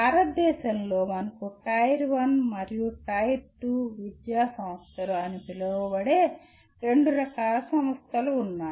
భారతదేశంలో మనకు టైర్ 1 మరియు టైర్ 2 సంస్థలు అని పిలువబడే రెండు రకాల సంస్థలు ఉన్నాయి